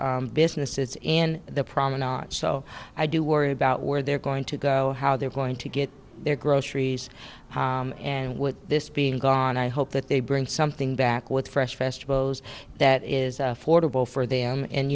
other businesses in the prominent so i do worry about where they're going to go how they're going to get their groceries and with this being gone i hope that they bring something back with fresh vegetables that is affordable for them and